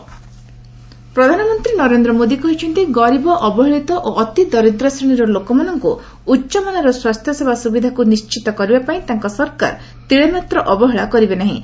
PM food security ପ୍ରଧାନମନ୍ତ୍ରୀ ନରେନ୍ଦ୍ର ମୋଦି କହିଛନ୍ତି ଗରିବ ଅବହେଳିତ ଓ ଅତି ଦରିଦ୍ର ଶ୍ରେଣୀର ଲୋକମାନଙ୍କୁ ଉଚ୍ଚମାନର ସ୍ୱାସ୍ଥ୍ୟସେବା ସୁବିଧାକୁ ନିଶ୍ଚିତ କରିବାପାଇଁ ତାଙ୍କ ସରକାର ତିଳେମାତ୍ର ଅବହେଳା କରିବେ ନାହିଁ